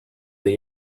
the